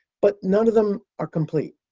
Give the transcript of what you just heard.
but none of them are complete.